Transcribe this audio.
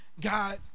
God